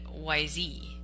YZ